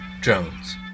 Jones